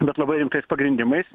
bet labai rimtais pagrindimais